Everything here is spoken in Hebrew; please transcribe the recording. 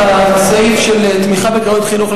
על הסעיף של תמיכה בקריות חינוך,